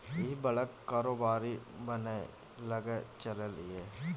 इह बड़का कारोबारी बनय लए चललै ये